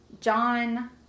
John